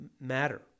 matter